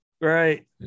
Right